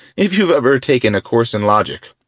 if you've ever taken a course in logic,